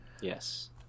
yes